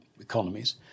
economies